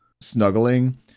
snuggling